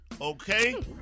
Okay